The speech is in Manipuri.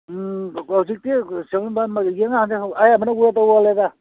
ꯎꯝ ꯍꯧꯖꯤꯛꯇꯤ